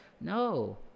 No